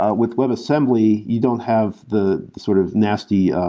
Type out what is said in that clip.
ah with webassembly, you don't have the sort of nasty ah